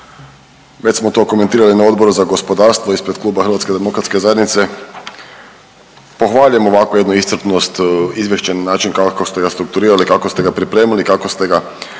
već smo to komentirali na Odboru za gospodarstvo ispred Kluba HDZ-a, pohvaljujem ovakvu jednu iscrpnost izvješća na način kako se ga strukturirali, kako ste ga pripremili, kako ste ga